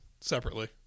separately